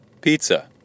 pizza